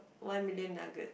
one million nugget